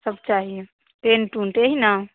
सब चाहिए टेंट उंट यही न